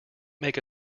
make